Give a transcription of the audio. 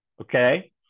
Okay